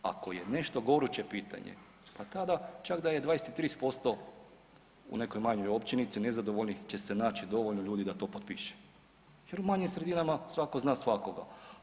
Ako je nešto goruće pitanje pa tada čak da je i 20 i 30% u nekoj manjoj općinici nezadovoljnih će se naći dovoljno ljudi da to piše jer u manjim sredinama svako zna svakoga.